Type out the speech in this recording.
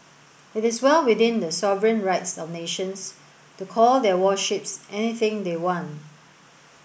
it is well within the sovereign rights of nations to call their warships anything they want